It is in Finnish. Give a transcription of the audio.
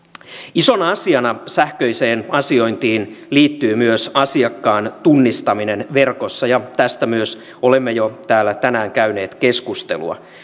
isona asiana sähköiseen asiointiin liittyy myös asiakkaan tunnistaminen verkossa ja tästä myös olemme jo täällä tänään käyneet keskustelua